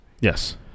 Yes